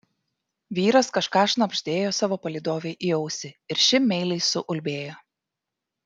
vyras kažką šnabždėjo savo palydovei į ausį ir ši meiliai suulbėjo